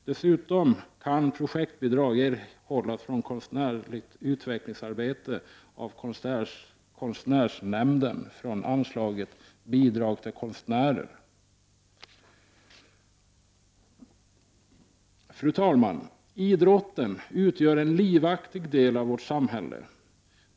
Dessutom kan projektbidrag erhållas till konstnärligt utvecklingsarbete av konstnärsnämnden från anslaget Bidrag till konstnärer. Fru talman! Idrotten utgör en livaktig del av vårt samhälle.